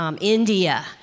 India